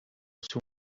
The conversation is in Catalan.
seu